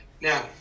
now